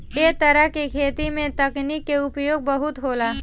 ऐ तरह के खेती में तकनीक के उपयोग बहुत होला